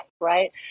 right